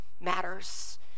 matters